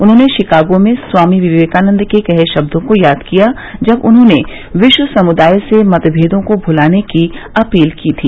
उन्होंने शिकागो में स्वामी विवेकानंद के कहे शब्दों को याद किया जब उन्होंने विश्व समुदाय से मतभेदों को भुलाने की अपील की थी